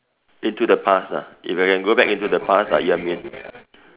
into the past ah if I can go into the past ah ya mean